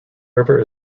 river